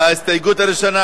ההסתייגות הראשונה,